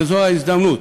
וזאת ההזדמנות